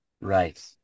Right